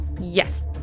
Yes